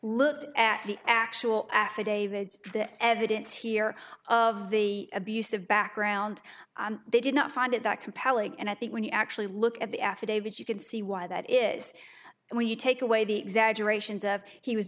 looked at the actual affidavits the evidence here of the abusive background they did not find it that compelling and i think when you actually look at the affidavits you can see why that is when you take away the exaggerations of he was